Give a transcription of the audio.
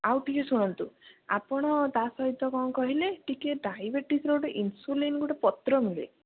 ଆଉ ଟିକିଏ ଶୁଣନ୍ତୁ ଆପଣ ତା ସହିତ କଣ କହିଲେ ଟିକିଏ ଡାଇବେଟିସ୍ର ଗୋଟେ ଇନସୁଲିନ୍ ଗୋଟେ ପତ୍ର ମିଳେ